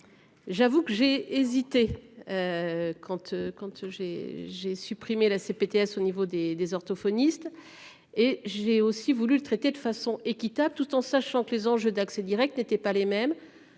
J'avoue que j'ai hésité. Quand tu, quand j'ai j'ai supprimé la CPTS au niveau des des orthophonistes. Et j'ai aussi voulu le traiter de façon équitable. Tout en sachant que les enjeux d'accès Direct n'étaient pas les mêmes.